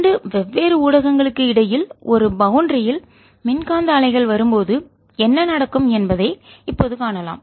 இரண்டு வெவ்வேறு ஊடகங்களுக்கு இடையில் ஒரு பவுண்டரியில் எல்லை மின்காந்த அலைகள் வரும்போது என்ன நடக்கும் என்பதை இப்போது காணலாம்